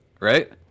Right